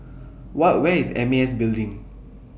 whoa Where IS M A S Building